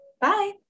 Bye